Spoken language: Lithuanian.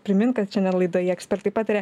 primint kad šiandien laidoje ekspertai pataria